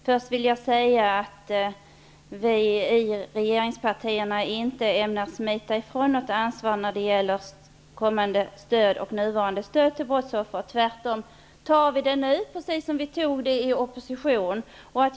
Fru talman! Vi i regeringspartierna ämnar inte smita ifrån något ansvar för nuvarande och kommande stöd till brottsoffer. Tvärtom tar vi nu detta ansvar, precis som vi gjorde när vi var i opposition.